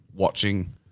Watching